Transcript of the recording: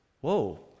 Whoa